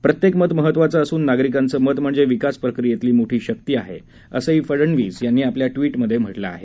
प्रत्येक मत महत्वाचं असून नागरिकांचं मत म्हणजे विकासप्रक्रियेतली मोठी शक्ती आहे असंही फडनवीस यांनी म्हटलं आहे